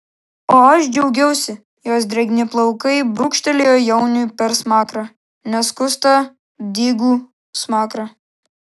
o aš džiaugiausi jos drėgni plaukai brūkštelėjo jauniui per smakrą neskustą dygų smakrą